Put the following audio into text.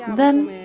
then,